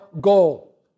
goal